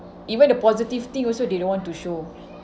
even the positive thing also they don't want to show